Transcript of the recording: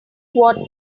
what